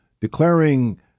declaring